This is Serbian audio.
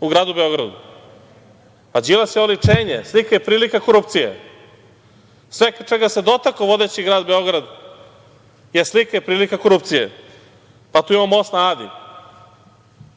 u Gradu Beogradu? Đilas je oličenje, slika i prilika korupcije. Sve čega se dotakao vodeći Grad Beograd je slika i prilika korupcije. Imamo tu most na Adi,